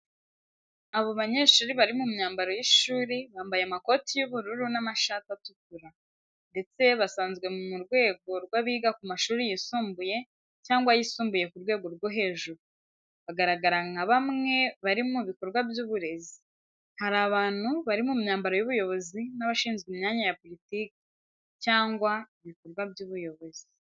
Abo banyeshuri bari mu myambaro y’ishuri, bambaye amakoti y’ubururu n’amashati atukura, ndetse basanzwe mu rwego rw’abiga ku mashuri yisumbuye cyangwa ayisumbuye ku rwego rwo hejuru. Bagaragara nka bamwe bari mu bikorwa by’uburezi. Hari abantu bari mu myambaro y’ubuyobozi n’abashinzwe imyanya ya politiki cyangwa ibikorwa by’ubuyobozi.